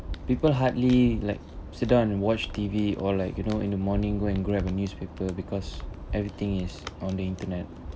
people hardly like sit down and watch T_V or like you know in the morning go and grab a newspaper because everything is on the internet